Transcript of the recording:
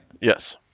Yes